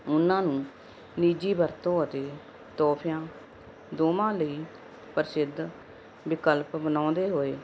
ਉਹਨਾਂ ਨੂੰ ਨਿੱਜੀ ਵਰਤੋਂ ਅਤੇ ਤੋਹਫਿਆਂ ਦੋਵਾਂ ਲਈ ਪ੍ਰਸਿੱਧ ਵਿਕਲਪ ਬਣਾਉਂਦੇ ਹੋਏ